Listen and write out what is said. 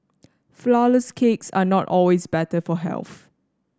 flourless cakes are not always better for health